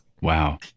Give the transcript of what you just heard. Wow